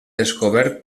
descobert